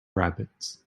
rabbits